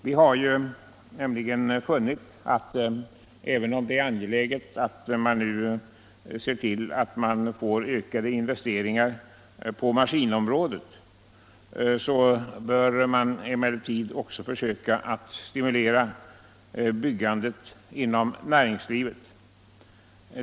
Vi har också funnit att man — även om det nu är angeläget att öka investeringarna på maskinområdet — bör försöka stimulera byggandet inom näringslivet.